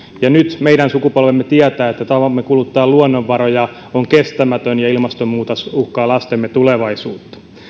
ja nyt meidän sukupolvemme tietää että tapamme kuluttaa luonnonvaroja on kestämätön ja ilmastonmuutos uhkaa lastemme tulevaisuutta